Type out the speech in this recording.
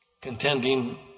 contending